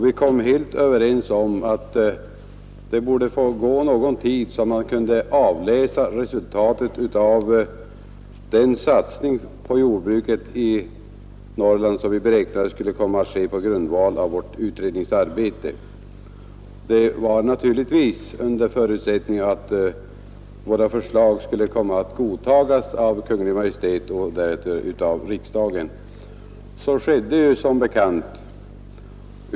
Vi var helt överens om att det först borde få gå någon tid så att man kunde avläsa resultatet av den satsning på jordbruket i Norrland som vi beräknade skulle göras på grundval av vårt utredningsarbete — en förutsättning var naturligtvis att våra förslag skulle godtas av Kungl. Maj:t och sedan av riksdagen. Så skedde som bekant.